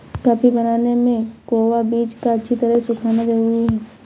coffee बनाने में cocoa बीज का अच्छी तरह सुखना जरूरी है